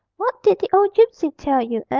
what did the old gipsy tell you,